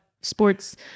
sports